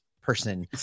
person